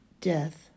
death